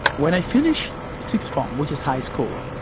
when i finished sixth form, which is high school,